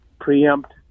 preempt